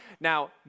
Now